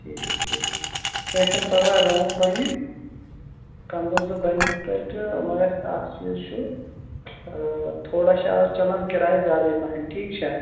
ٹھیٖک ٹھیٖک چھُ کیٚنٛہہ چھُنہٕ پَرواے روٗم بَنہِ کَمبرٕ زٕ بَنٮ۪ن تۄہہِ تہٕ مگر اَکھ چیٖز چھُ تھوڑا چھِ اَز چَلان کِراے زیادَے پَہَن ٹھیٖک چھا